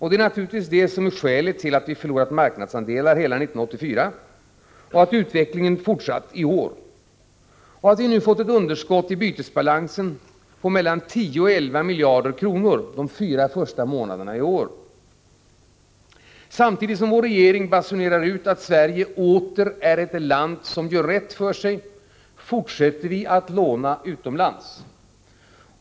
Det är naturligtvis detta som är skälet till att vi har förlorat marknadsandelar under hela 1984 och att utvecklingen har fortsatt i år. Det har också medfört att vi fått ett underskott i bytesbalansen på mellan 10 och 11 miljarder kronor de fyra första månaderna i år. Samtidigt som vår regering basunerar ut att Sverige åter är ett land som gör rätt för sig fortsätter vi att låna utomlands.